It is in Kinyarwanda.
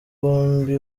byombi